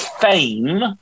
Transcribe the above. fame